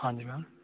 ਹਾਂਜੀ ਮੈਮ